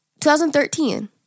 2013